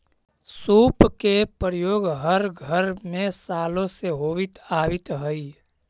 सूप के प्रयोग हर घर में सालो से होवित आवित हई